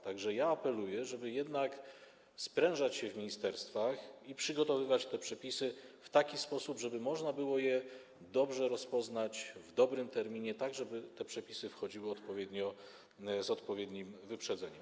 Tak że apeluję, żeby jednak sprężać się w ministerstwach i przygotowywać przepisy w taki sposób, żeby można je było dobrze rozpoznać w dobrym terminie, tak żeby te przepisy wchodziły z odpowiednim wyprzedzeniem.